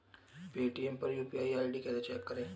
Paytm पर UPI ID कैसे check करें?